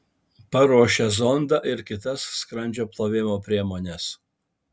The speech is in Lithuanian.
paruošia zondą ir kitas skrandžio plovimo priemones